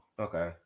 okay